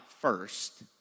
first